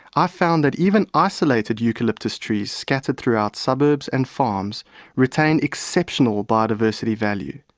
i found that even isolated eucalyptus trees scattered throughout suburbs and farms retain exceptional biodiversity value.